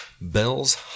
Bell's